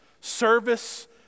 service